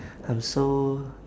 I'm so